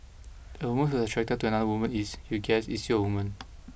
a woman who is attracted to another women is you guessed still a woman